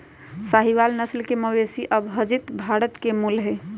साहीवाल नस्ल के मवेशी अविभजित भारत के मूल हई